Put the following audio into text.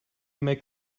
make